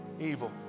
evil